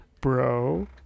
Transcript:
bro